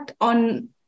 on